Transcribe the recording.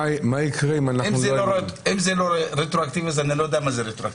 אם זה לא רטרואקטיבי אז אני לא יודע מה זה רטרואקטיבי.